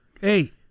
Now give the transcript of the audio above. hey